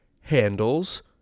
handles